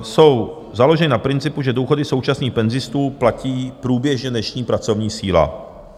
Jsou založeny na principu, že důchody současných penzistů platí průběžně dnešní pracovní síla.